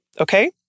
okay